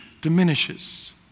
diminishes